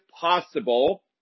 possible